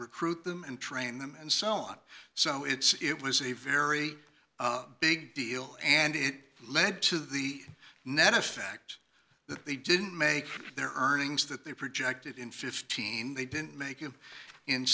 recruit them and train them and so on so it's it was a very big deal and it led to the net effect that they didn't make their earnings that they projected in fifteen they didn't make